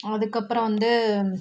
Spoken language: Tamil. அதுக்கப்புறம் வந்து